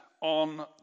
on